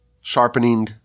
sharpening